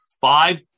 five